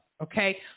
okay